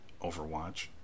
Overwatch